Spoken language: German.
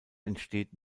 entsteht